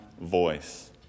voice